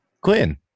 quinn